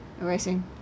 Erasing